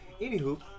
Anywho